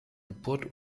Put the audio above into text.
geburt